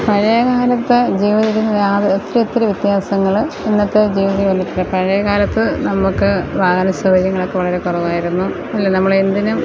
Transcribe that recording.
പഴയകാലത്തെ ജീവിതത്തിന് ഒത്തിരി ഒത്തിരി വ്യത്യാസങ്ങൾ ഇന്നത്തെ ജീവിത രീതിയിൽ വന്നിട്ടുണ്ട് പഴയ കാലത്ത് നമുക്ക് വാഹന സൗകര്യങ്ങളൊക്കെ വളരെ കുറവായിരുന്നു അല്ലേ നമ്മളെന്തിനും